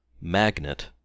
Magnet